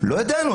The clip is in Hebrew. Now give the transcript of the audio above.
לא ידענו.